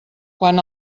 quan